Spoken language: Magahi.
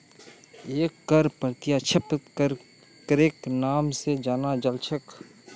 एक कर अप्रत्यक्ष करेर नाम स जानाल जा छेक